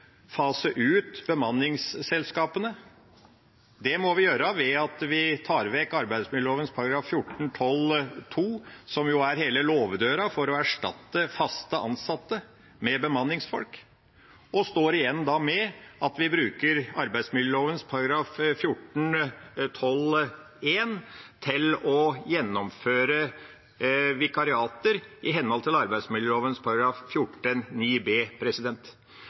fase ut bemanningsselskapene. Det må vi gjøre ved at vi tar vekk arbeidsmiljømiljøloven § 14-12 andre ledd, som er hele låvedøra for å erstatte fast ansatte med bemanningsfolk. Da står vi igjen med at vi bruker arbeidsmiljøloven § 14-12 første ledd til å gjennomføre vikariater i henhold til arbeidsmiljøloven § 14-9 andre ledd bokstav b.